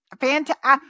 Fantastic